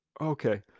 Okay